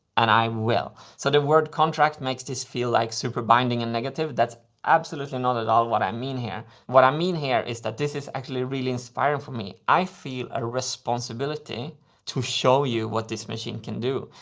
and i will! so the word contract makes this feel, like, super binding and negative. that's absolutely not at all what i mean here. what i mean here is that this is actually really inspiring for me. i feel a responsibility to show you what this machine can do,